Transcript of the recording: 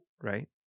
right